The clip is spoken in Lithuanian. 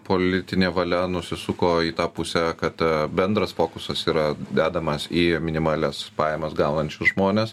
politinė valia nusisuko į tą pusę kad bendras fokusas yra dedamas į minimalias pajamas gaunančius žmones